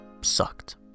sucked